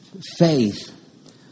faith